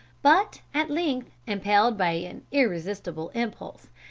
but at length, impelled by an irresistible impulse,